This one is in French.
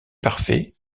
parfait